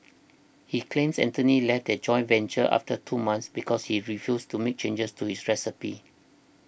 he claims Anthony left their joint venture after two months because he refused to make changes to his recipes